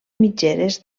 mitgeres